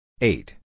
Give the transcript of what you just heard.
Eight